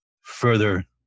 further